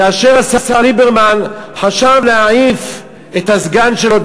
כאשר השר ליברמן חשב להעיף את הסגן שלו,